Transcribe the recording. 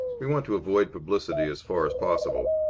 we want to avoid publicity as far as possible.